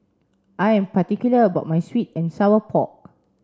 I am particular about my sweet and sour pork